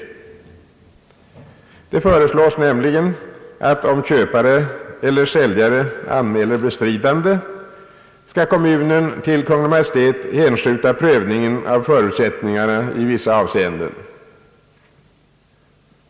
Det föreslås nämligen att om köpare eller säljare anmäler bestridande skall kommunen till Kungl. Maj:t hänskjuta prövningen av förutsättningarna i vissa avseenden.